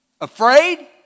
Afraid